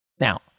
Now